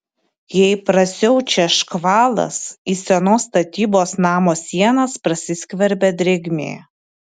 jei prasiaučia škvalas į senos statybos namo sienas prasiskverbia drėgmė